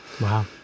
Wow